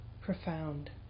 profound